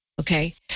Okay